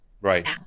right